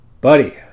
buddy